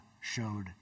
showed